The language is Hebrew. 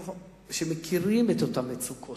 שמכירים את אותן מצוקות,